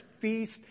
feast